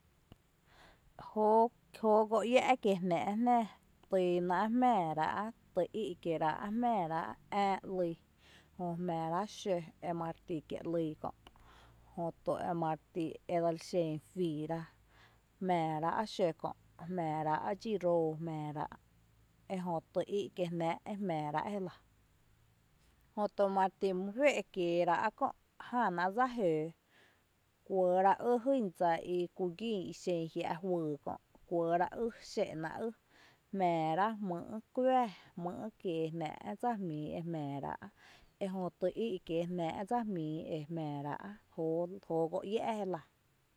Jóoó jóoó go iⱥ’ kiee jnⱥ’ jnⱥⱥ týynáa’ jmⱥⱥ rá’ tý í’ kierá’ jmⱥⱥrá’ ää ‘lii jö jmⱥⱥ rá’ xǿ emare ti kie ‘lii kö, jötu emare ti edseli xen juiira jmⱥⱥrá’ xǿ kö’ mⱥⱥrá’ dxi roo mⱥⱥrá’ ejö tý í’ kiee rá’ e mⱥⱥrá’ jé lⱥ. jötu mare ti mý fée’ kieerá’ kö’ jánáa’ dsa jǿǿǿ kuɇɇrá’ ý lajyn dsa i ku gín ixen jia’ juyy kö’, kuɇɇrá’ ý, xé’naá’ ý, jmⱥⱥrá’ jmý’ kuⱥⱥ jmý’ kiee jná’ dsa jmíi e jmⱥⱥrá’ ejö tý í’ kiee jná’ dsa jmíi ejmⱥⱥrá’ jóoó go iⱥ’ jéla.